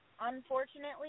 Unfortunately